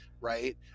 Right